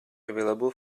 available